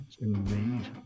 indeed